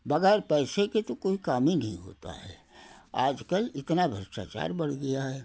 वगैर पैसे के तो कोई काम ही नहीं होता है आज कल इतना भ्रष्टाचार बढ़ गया है